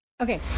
Okay